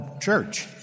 church